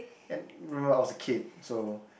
and remember I was a kid so